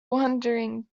wandering